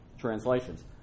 translations